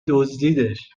دزدیدش